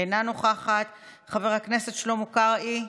אינה נוכחת, חבר הכנסת שלמה קרעי,